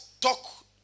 talk